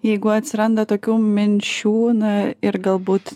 jeigu atsiranda tokių minčių na ir galbūt